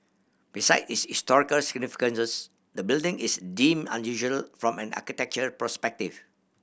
besides its historical significance the building is deemed unusual from an architectural perspective